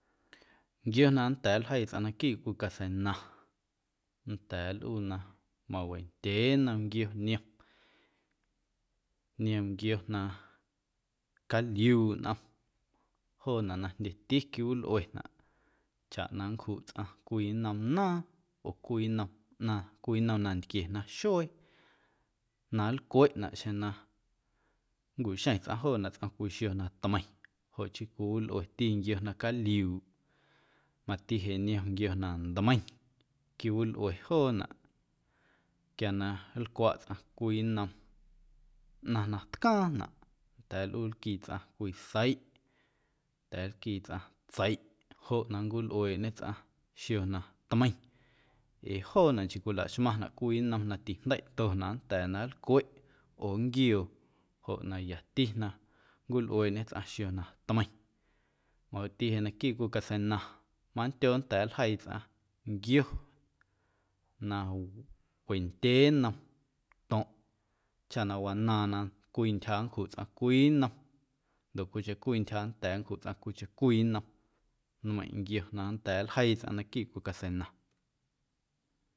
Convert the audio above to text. Nquio na nnda̱a̱ nljeii tsꞌaⁿ naquiiꞌ cwii caseina nnda̱a̱ nlꞌuu na mawendyee nnom nquio niom, niom nquio na caliuuꞌ nꞌom joonaꞌ na jndyeti quiwilꞌuenaꞌ chaꞌ na nncjuꞌ tsꞌaⁿ cwii nnom naaⁿ oo cwii nnom ꞌnaⁿ cwii nnom nantquie nantquie na xuee na nlcweꞌnaꞌ xeⁿ na nncuꞌxeⁿ tsꞌaⁿ joonaꞌ tsꞌom cwii xio na tmeiⁿ jo chii cwiwilꞌueti nquio na caliuuꞌ. Mati jeꞌ niom nquio na ntmeiⁿ quiwilꞌue joonaꞌ quia na nlcwaꞌ tsꞌaⁿ cwii nnom ꞌnaⁿ na tcaaⁿnaꞌ nnda̱a̱ nlꞌuu nlquii sꞌaⁿ cwii seiꞌ, nnda̱a̱ nlquii tsꞌaⁿ tseiꞌ joꞌ na nncwilꞌueeꞌñe tsꞌaⁿ xio na tmeiⁿ ee joonaꞌ nchii cwilaxmaⁿnaꞌ cwii nnom na tijndeiꞌtonaꞌ nnda̱a̱ na nlcweꞌ oo nquioo joꞌ na yati na nncwilꞌueeꞌñe tsꞌaⁿ xio na tmeiⁿ, majoꞌti jeꞌ naquiiꞌ cwii caseina mandyo nnda̱a̱ nljeii tsꞌaⁿ nquio na wendyee nnom to̱ⁿꞌ chaꞌ na wanaaⁿ na cwii ntyja nncjuꞌ tsꞌaⁿ cwii nnom ndoꞌ cwiicheⁿ cwii ntyja nnda̱a̱ nncjuꞌ tsꞌaⁿ cwiicheⁿ cwii nnom. Nmeiⁿꞌ nquio na nnda̱a̱ nljeii tsꞌaⁿ naquiiꞌ cwii caseina.